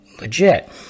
Legit